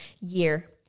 year